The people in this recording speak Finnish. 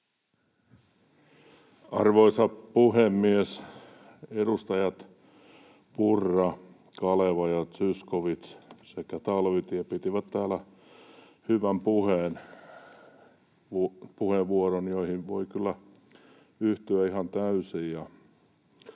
Arvoisa puhemies! Edustajat Purra, Kaleva ja Zyskowicz sekä Talvitie pitivät täällä hyvät puheenvuorot, joihin voi kyllä yhtyä ihan täysin,